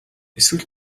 эсвэл